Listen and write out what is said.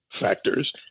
factors